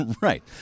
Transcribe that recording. Right